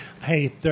Hey